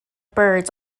birds